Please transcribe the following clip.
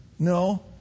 No